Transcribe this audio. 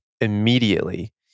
immediately